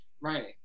Right